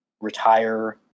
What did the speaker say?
retire